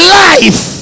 life